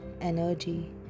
energy